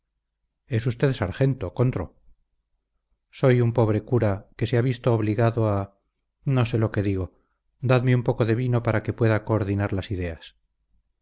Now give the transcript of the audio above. contro soy un pobre cura que se ha visto obligado a no sé lo que digo dadme un poco de vino para que pueda coordinar las ideas